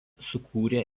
sukūrė